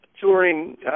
touring